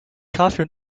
kaffee